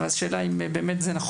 ואז השאלה היא האם זה באמת נכון.